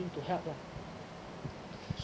to help lah